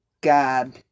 God